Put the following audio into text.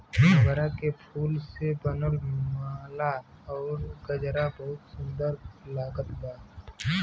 मोगरा के फूल से बनल माला अउरी गजरा बहुते सुन्दर लागत बा